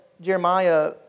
Jeremiah